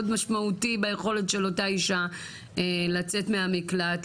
משמעותי ביכולת של אותה אישה לצאת מהמקלט,